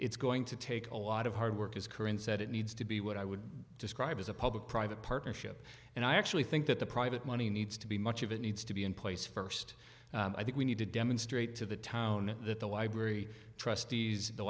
it's going to take a lot of hard work is current said it needs to be what i would describe as a public private partnership and i actually think that the private money needs to be much of it needs to be in place first i think we need to demonstrate to the town that the library trustees the